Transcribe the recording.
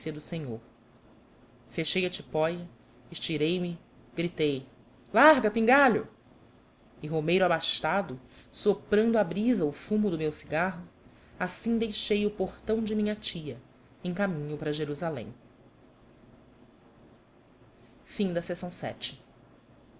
do senhor fechei a tipóia estirei-me gritei larga pingalho e romeiro abastado soprando à brisa o fumo do meu cigarro assim deixei o portão de minha tia em caminho para jerusalém foi